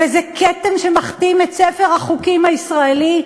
וזה כתם שמכתים את ספר החוקים הישראלי,